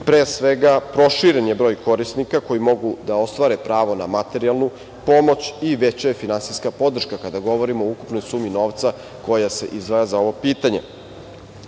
Pre svega, proširen je broj korisnika koji mogu da ostvare pravo na materijalnu pomoć i veća je finansijska podrška kada govorimo o ukupnoj sumi novca koja se izdvaja za ovo pitanje. Drugo,